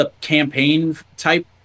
campaign-type